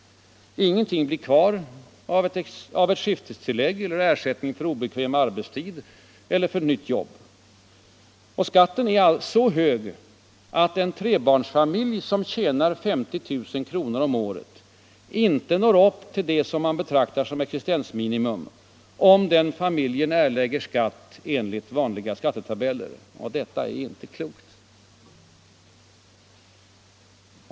Ingenting blir kvar av t.ex. ett skiftestillägg, ersättning för obekväm arbetstid eller ett nytt jobb. Skatten är så hög att en trebarnsfamilj som tjänar 50 000 kronor om året inte når upp till det som man betraktar som existensminimum, om den familjen erlägger skatt enligt vanliga skattetabeller. Detta är inte klokt.